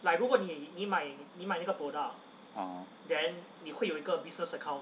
uh